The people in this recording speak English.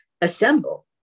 assemble